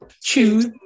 choose